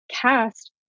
cast